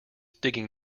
digging